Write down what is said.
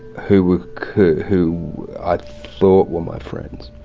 who who i thought were my friends,